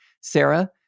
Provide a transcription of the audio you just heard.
Sarah